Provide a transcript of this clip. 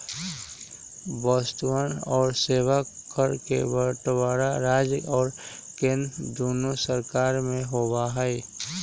वस्तुअन और सेवा कर के बंटवारा राज्य और केंद्र दुन्नो सरकार में होबा हई